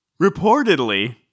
Reportedly